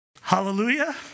Hallelujah